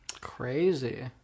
Crazy